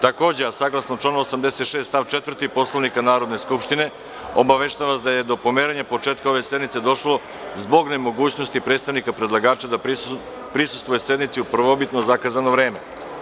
Takođe, saglasno članu 86. stav 4. Poslovnika Narodne skupštine, obaveštavam vas da je do pomeranja početka ove sednice došlo zbog nemogućnosti predstavnika predlagača da prisustvuje sednici u prvobitno zakazano vreme.